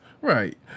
Right